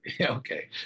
Okay